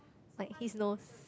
like his nose